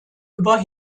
über